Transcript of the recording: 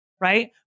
right